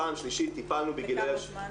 פעם שלישית --- לכמה זמן?